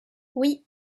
oui